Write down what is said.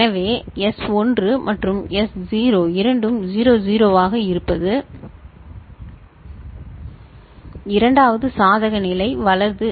எனவே S1 மற்றும் S0 இரண்டும் 00 ஆக இருப்பது இரண்டாவது சாதக நிலை வலது நகர்வு